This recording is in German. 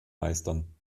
meistern